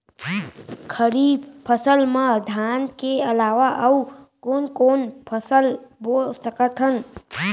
खरीफ फसल मा धान के अलावा अऊ कोन कोन से फसल बो सकत हन?